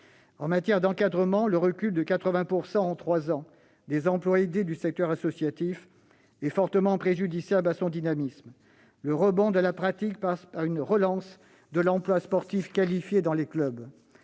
En matière d'encadrement, le recul de 80 % en trois ans des emplois aidés du secteur associatif est fortement préjudiciable à son dynamisme. Le rebond de la pratique passe par une relance de l'emploi sportif qualifié dans les clubs,